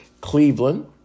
Cleveland